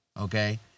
okay